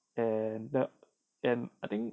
and and I think